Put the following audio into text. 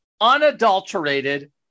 unadulterated